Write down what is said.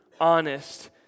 honest